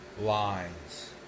lines